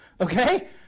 okay